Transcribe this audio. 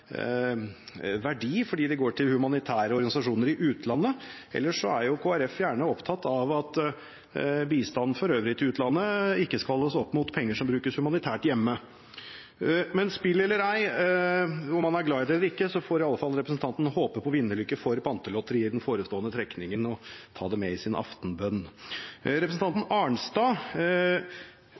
verdi fordi de går til humanitære organisasjoner i utlandet. Ellers er jo Kristelig Folkeparti gjerne opptatt av at bistanden for øvrig til utlandet ikke skal holdes opp mot penger som brukes humanitært hjemme. Men spill eller ei, og om man er glad i det, eller ikke, så får i alle fall representanten håpe på vinnerlykke for Pantelotteriet i den forestående trekningen og ta det med i sin aftenbønn.